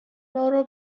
برو